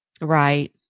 Right